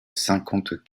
cinquante